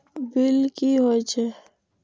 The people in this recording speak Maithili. बील की हौए छै?